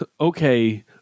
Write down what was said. okay